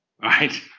Right